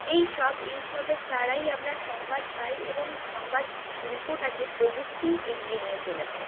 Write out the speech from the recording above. এইসব এইসবের দ্বারাই আমরা সংবাদ পাই এবং সংবাদ শিল্পটাকে প্রযুক্তিই এগিয়ে নিয়ে চলেছে